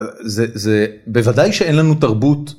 זה בוודאי שאין לנו תרבות.